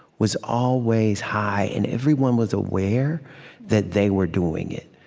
was always high, and everyone was aware that they were doing it,